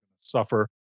suffer